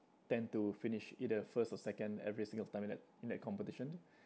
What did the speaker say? tend to finish either first or second every single time in that in that competition